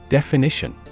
Definition